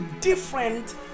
different